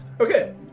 Okay